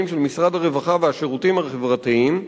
של משרד הרווחה והשירותים החברתיים,